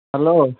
hello